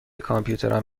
کامپیوترم